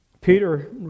Peter